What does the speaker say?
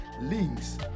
Links